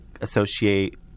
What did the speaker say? associate